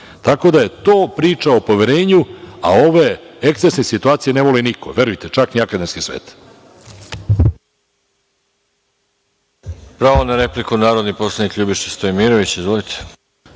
tako da je to priča o poverenju, a ove ekcesne situacije ne voli niko, verujte, čak ni akademski svet.